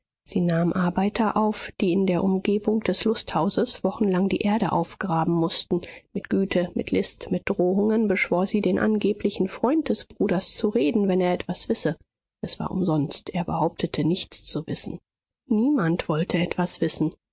sie nahm arbeiter auf die in der umgebung des lusthauses wochenlang die erde aufgraben mußten mit güte mit list mit drohungen beschwor sie den angeblichen freund des bruders zu reden wenn er etwas wisse es war umsonst er behauptete nichts zu wissen niemand wollte etwas wissen